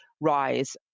rise